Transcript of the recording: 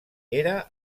era